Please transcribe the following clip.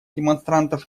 демонстрантов